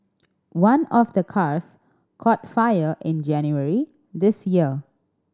one of the cars caught fire in January this year